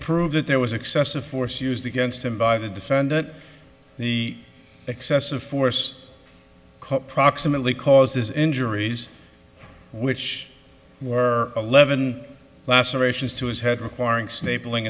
proved that there was excessive force used against him by the defendant the excessive force proximately caused his injuries which were eleven lacerations to his head requiring stapling